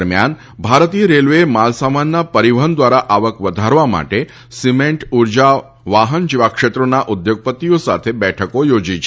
દરમ્યાન ભારતીય રેલવેએ માલસામાનના પરિવહન દ્વારા આવક વધારવા માટે સીમેન્ટ ઉર્જા વાહન જેવા ક્ષેત્રોના ઉદ્યોગપતિઓ સાથે બેઠકો યોજી છે